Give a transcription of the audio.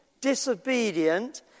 disobedient